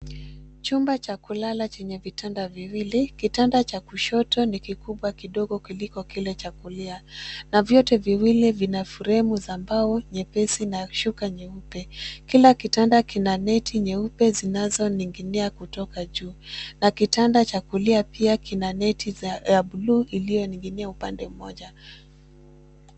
Chumba cha kulala chenye vitanda viwili, kitanda cha kushoto ni kikubwa kidogo kuliko kile cha kulia, na vyote viwili vinafuremu za mbao nyepesi na shuka nyeupe. Kila kitanda kina neti nyeupe zinazoning'inia kutoka juu, na kitanda cha kulia pia kina neti ya bluu iliyoning'inia upande mmoja.